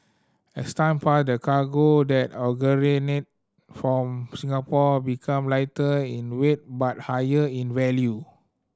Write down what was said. as time passed the cargo that originated from Singapore become lighter in weight but higher in value